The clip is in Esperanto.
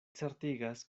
certigas